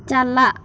ᱪᱟᱞᱟᱜ